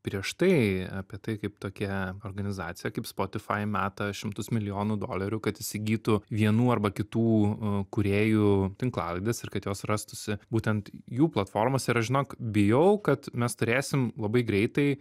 prieš tai apie tai kaip tokia organizacija kaip spotify meta šimtus milijonų dolerių kad įsigytų vienų arba kitų kūrėjų tinklalaides ir kad jos rastųsi būtent jų platformose ir žinok bijau kad mes turėsim labai greitai